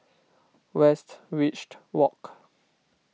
Westridge Walk